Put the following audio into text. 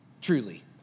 Truly